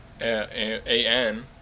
A-N